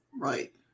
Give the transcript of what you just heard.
right